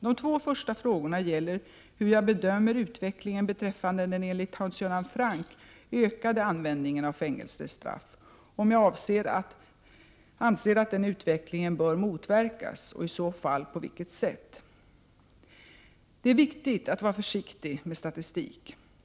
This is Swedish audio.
De två första frågorna gäller hur jag bedömer utvecklingen beträffande den enligt Hans Göran Franck ökade användningen av fängelsestraff, om jag anser att den utvecklingen bör motverkas och i så fall på vilket sätt. Det är viktigt att vara försiktig med statistik.